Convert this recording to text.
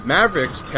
Mavericks